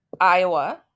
Iowa